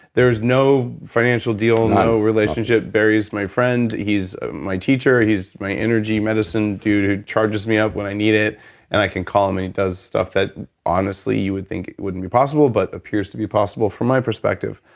there is no financial deal. no relationship. barry's my friend. he's ah my teacher. he's my energy medicine dude. charges me up when i need it and i can call him he does stuff that honestly you would think it wouldn't be possible, but it appears to be possible from my perspective.